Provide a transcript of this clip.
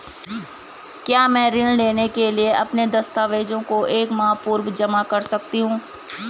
क्या मैं ऋण लेने के लिए अपने दस्तावेज़ों को एक माह पूर्व जमा कर सकता हूँ?